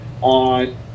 on